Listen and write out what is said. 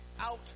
out